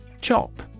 CHOP